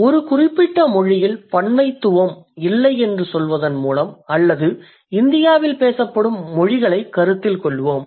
ஒரு குறிப்பிட்ட மொழியில் பன்மைத்துவம் இல்லை என்று சொல்வதன் மூலம் அல்லது இந்தியாவில் பேசப்படும் மொழிகளைக் கருத்தில் கொள்வோம்